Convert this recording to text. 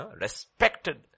respected